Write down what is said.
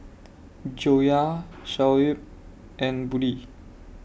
Joyah Shoaib and Budi